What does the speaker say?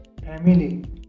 family